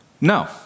No